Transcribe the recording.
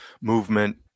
movement